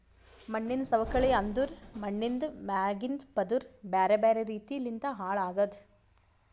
ಮಣ್ಣಿನ ಸವಕಳಿ ಅಂದುರ್ ಮಣ್ಣಿಂದ್ ಮ್ಯಾಗಿಂದ್ ಪದುರ್ ಬ್ಯಾರೆ ಬ್ಯಾರೆ ರೀತಿ ಲಿಂತ್ ಹಾಳ್ ಆಗದ್